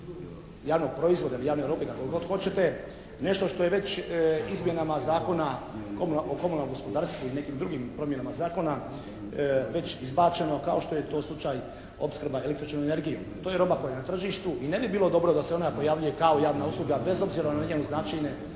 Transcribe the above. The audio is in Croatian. javnog proizvoda ili javne robe kako god hoćete, nešto što je već izmjenama Zakona o komunalnom gospodarstvu i nekim drugim promjenama zakona već izbačeno kao što je to slučaj opskrba električnom energijom. To je roba koja je na tržištu i ne bi bilo dobro da se ona pojavljuje kao javna usluga bez obzira na njeno značenje